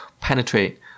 penetrate